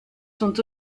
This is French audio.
sont